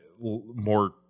more